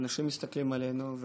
אנשים מסתכלים עלינו,